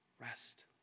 Rest